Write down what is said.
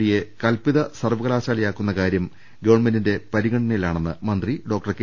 ഡിയെ കല്പിത സർവകലാശലായാക്കുന്ന കാര്യം ഗവൺമെന്റിന്റെ പരിഗണനയി ലാണെന്ന് മന്ത്രി കെ